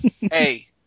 Hey